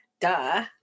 duh